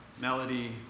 Melody